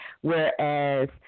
whereas